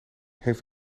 heeft